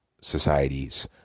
societies